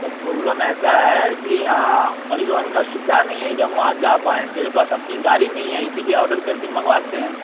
सब प्रॉब्लम ऐसा है कि यहाँ परिवहन का सुविधा नहीं है कि हम वहाँ जा पाएँ मेरे पास अपनी गाड़ी नहीं है इसीलिए ऑर्डर करके मंगवाते हैं